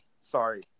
sorry